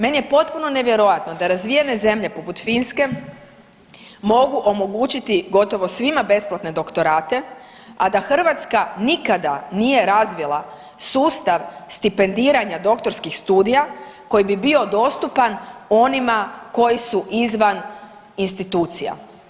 Meni je potpuno nevjerojatno da razvijene zemlje poput Finske mogu omogućiti gotovo svima besplatne doktorate, a da Hrvatska nikada nije razvila sustav stipendiranja doktorskih studija koji bi bio dostupan onima koji su izvan institucija.